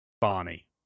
Barney